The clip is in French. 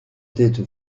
tête